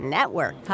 Network